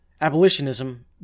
Abolitionism